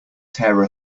tear